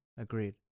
Agreed